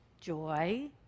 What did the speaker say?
joy